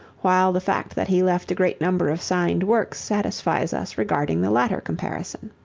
while the fact that he left a great number of signed works satisfies us regarding the latter comparison.